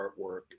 artwork